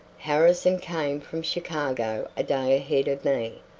harrison came from chicago a day ahead of me.